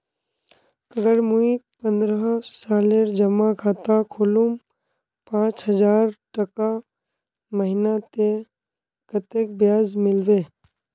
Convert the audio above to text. अगर मुई पन्द्रोह सालेर जमा खाता खोलूम पाँच हजारटका महीना ते कतेक ब्याज मिलबे?